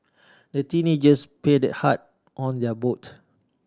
the teenagers paddled hard on their boat